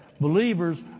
believers